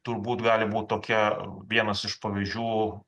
turbūt gali būt tokia vienas iš pavyzdžių